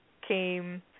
came